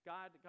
God